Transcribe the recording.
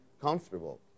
comfortable